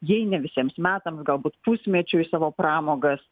jei ne visiems metams galbūt pusmečiui savo pramogas